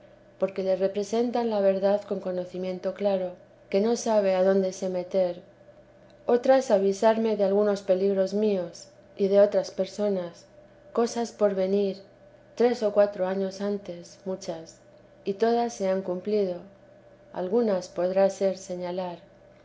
porque le representan la verdad con conocimiento claro que no sabe adonde se meter otras avisarme de algunos peligros míos y de otras personas cosas por venir tres o cuatro años antes muchas y todas se han cumplido algunas podrá ser señalar